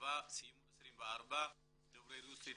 בהסבה וסיימו 24 דוברי רוסית,